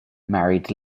married